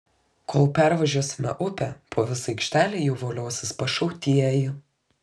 kol pervažiuosime upę po visą aikštelę jau voliosis pašautieji